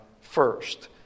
first